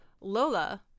Lola